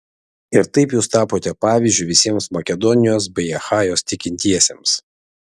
ir taip jūs tapote pavyzdžiu visiems makedonijos bei achajos tikintiesiems